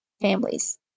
families